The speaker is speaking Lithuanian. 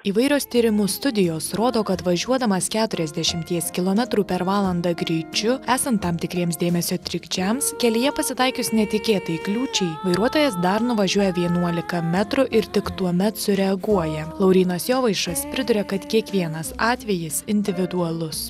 įvairios tyrimų studijos rodo kad važiuodamas keturiasdešimties kilometrų per valandą greičiu esant tam tikriems dėmesio trikdžiams kelyje pasitaikius netikėtai kliūčiai vairuotojas dar nuvažiuoja vienuolika metrų ir tik tuomet sureaguoja laurynas jovaišas priduria kad kiekvienas atvejis individualus